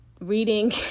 reading